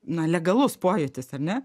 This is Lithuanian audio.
na legalaus pojūtis ar ne